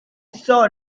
saw